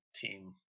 team